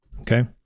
Okay